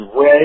Ray